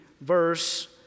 verse